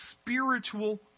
spiritual